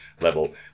level